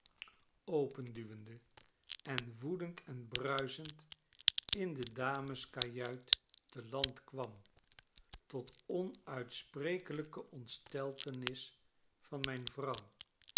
openduwde en woedend en bruisend in de dameskajuit te land kwam tot onuitsprekelijke ontsteltenis van mijn vrouw